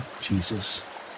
Jesus